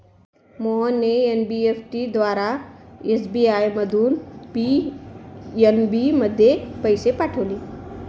मोहनने एन.ई.एफ.टी द्वारा एस.बी.आय मधून पी.एन.बी मध्ये पैसे पाठवले